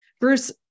Bruce